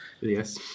yes